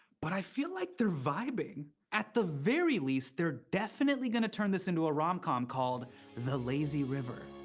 but i feel like they're vibing. at the very least, they're definitely going to turn this into a romcom called the lazy river.